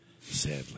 sadly